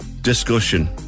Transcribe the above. discussion